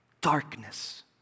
Darkness